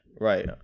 Right